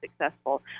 successful